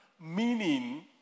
meaning